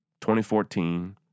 2014